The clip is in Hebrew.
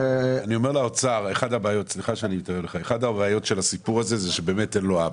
אני אומר לאוצר שאחת הבעיות של הסיפור הזה היא שבאמת אין לו אבא.